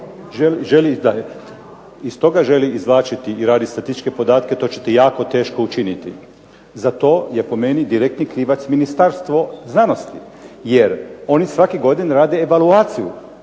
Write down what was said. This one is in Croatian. iz toga želi izvlačiti i raditi statističke podatke, to ćete jako teško učiniti. Za to je po meni direktni krivac Ministarstvo znanosti, jer oni svake godine rade evaluaciju